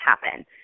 happen